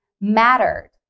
mattered